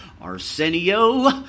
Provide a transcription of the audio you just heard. Arsenio